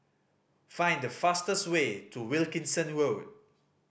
find the fastest way to Wilkinson Road